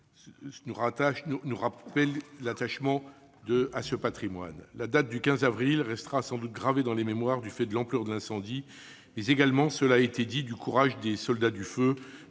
pour appartenir au patrimoine mondial. La date du 15 avril restera sans doute gravée dans les mémoires, du fait de l'ampleur de l'incendie, mais également, cela a été dit, du courage des soldats du feu,